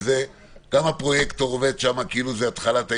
גם הפרויקטור עובד שם כאילו זה התחלת היום,